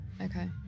okay